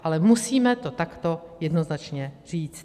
Ale musíme to takto jednoznačně říct.